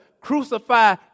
crucify